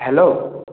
hello